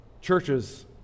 churches